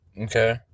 Okay